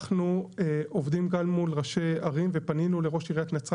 אנחנו עובדים כאן מול ראשי ערים ופנינו לראש עיריית נצרת